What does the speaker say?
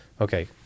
Okay